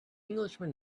englishman